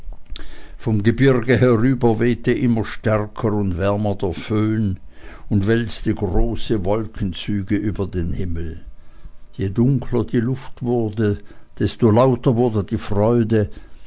vom gebirge herüber wehte immer stärker und wärmer der föhn und wälzte große wolkenzüge über den himmel je dunkler die luft wurde desto lauter ward die freude